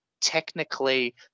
technically